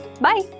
Bye